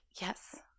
yes